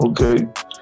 okay